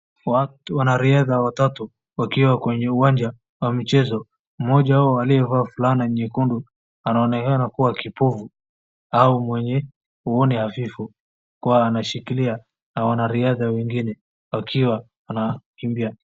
Watu wanariadha watatu, wakiwa kwenye uwanja wa michezo. Mmoja wao aliyevaa fulana nyekundu anaonekana kuwa kipofu au mwenye uoni hafifu kuwa anashikiliwa na wanariadha wengine akiwa anakimbia.